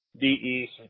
DE